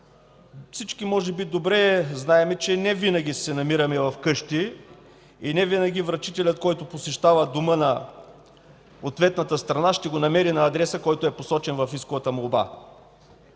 Всички добре знаем, че невинаги се намираме вкъщи и невинаги който посещава дома на ответната страна, ще го намери на адреса, посочен в исковата молба.